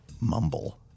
mumble